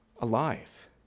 alive